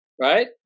right